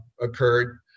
occurred